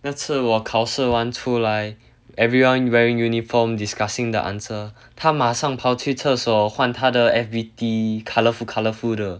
那次我考试完出来 everyone wearing uniform discussing the answer 他马上跑去厕所换他的 F_B_T colourful colourful 的